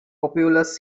populous